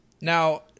now